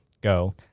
Go